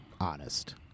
honest